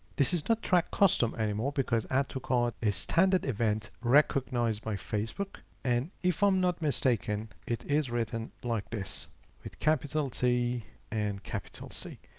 this is not track custom anymore because add to cart a standard event recognized by facebook. and if i'm not mistaken, it is written like this with capital t and capital c.